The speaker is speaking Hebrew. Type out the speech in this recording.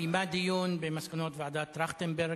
קיימה דיון במסקנות ועדת-טרכטנברג,